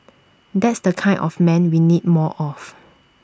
that's the kind of man we need more of